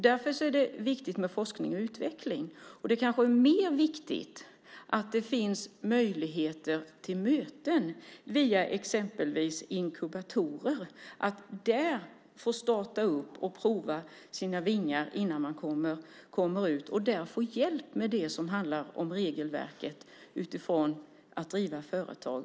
Därför är det viktigt med forskning och utveckling. Det är kanske mer viktigt att det finns möjligheter till möten via exempelvis inkubatorer, att få starta där och prova sina vingar innan man kommer ut och att där få hjälp med det som handlar om regelverket utifrån att driva företag.